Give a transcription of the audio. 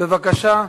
בבקשה.